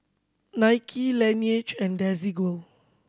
Nike Laneige and Desigual